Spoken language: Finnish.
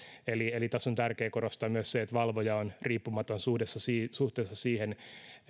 eli eli tässä on tärkeää korostaa myös sitä että valvoja on riippumaton suhteessa siihen